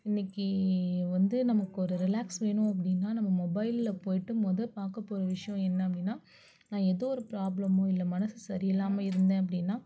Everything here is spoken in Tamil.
இன்றைக்கி வந்து நமக்கு ஒரு ரிலாக்ஸ் வேணும் அப்படின்னா நம்ம மொபைலில் போய்ட்டு மொதல் பார்க்கப்போற விஷயம் என்ன அப்படின்னா ஏதோ ஒரு ப்ராப்ளமோ இல்லை மனது சரி இல்லாமல் இருந்தேன் அப்படின்னா